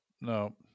no